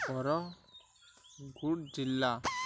ବରଗଡ଼ ଜିଲ୍ଲା